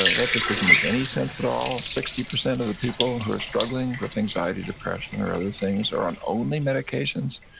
that just doesn't make any sense at all. sixty percent of the people who are struggling with anxiety, depression, or other things are on only medications,